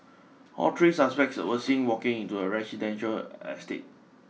all tree suspects were seen walking into a residential estate